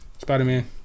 Spider-Man